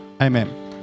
Amen